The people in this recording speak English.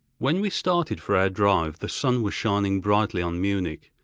when we started for our drive the sun was shining brightly on munich,